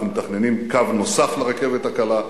אנחנו מתכננים קו נוסף לרכבת הקלה.